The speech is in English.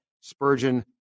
Spurgeon